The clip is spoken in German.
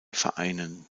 vereinen